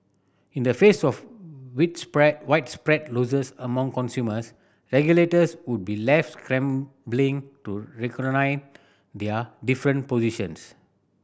in the face of widespread losses among consumers regulators would be left scrambling to their different positions